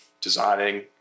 designing